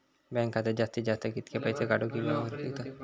Bank खात्यात जास्तीत जास्त कितके पैसे काढू किव्हा भरू शकतो?